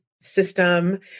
system